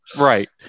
Right